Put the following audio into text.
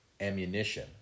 ammunition